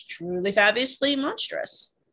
trulyfabulouslymonstrous